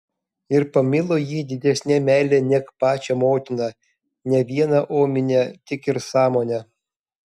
ir pamilo jį didesne meile neg pačią motiną ne viena omine tik ir sąmone